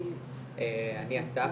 אני אסף